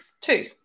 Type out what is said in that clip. two